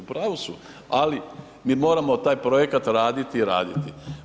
U pravu su, ali mi moramo taj projekat raditi i raditi.